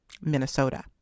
Minnesota